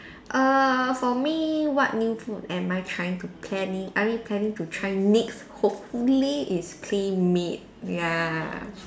err for me what new food am I trying to plan in I mean planning to try next hopefully is clean meat ya